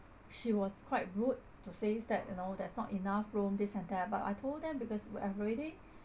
she was quite rude to says that you know there's not enough room this and that but I told them because I've already